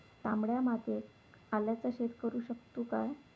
तामड्या मातयेत आल्याचा शेत करु शकतू काय?